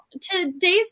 today's